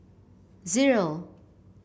zero